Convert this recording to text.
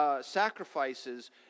sacrifices